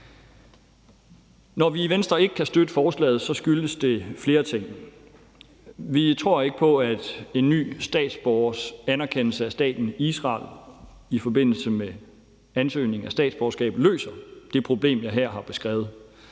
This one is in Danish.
Når vi i Venstre ikke kan støtte forslaget, skyldes det flere ting. Vi tror ikke på, at en ny statsborgers anerkendelse af staten Israel i forbindelse med ansøgning om statsborgerskab løser det problem, jeg her har beskrevet.